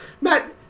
Matt